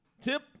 Tip